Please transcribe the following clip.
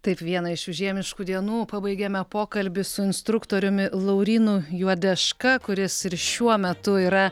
taip vieną iš žiemiškų dienų pabaigėme pokalbį su instruktoriumi laurynu juodeška kuris ir šiuo metu yra